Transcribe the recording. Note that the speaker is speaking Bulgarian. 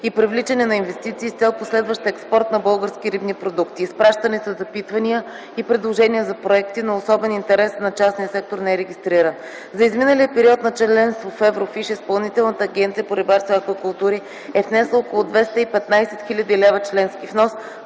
и привличане на инвестиции с цел последващ експорт на български рибни продукти. Изпращани са запитвания и предложения за проекти, но особен интерес на частния сектор не е регистриран. За изминалия период на членство в Еврофиш, Изпълнителната агенция по рибарство и аквакултури е внесла около 215 000 лв. членски внос,